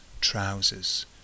trousers